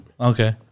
Okay